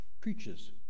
Preaches